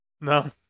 no